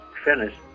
finished